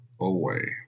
away